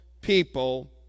people